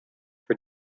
for